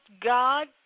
God